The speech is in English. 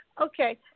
Okay